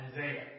Isaiah